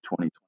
2020